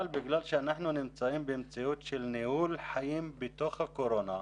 אבל בגלל שאנחנו נמצאים במציאות של ניהול חיים בתוך הקורונה,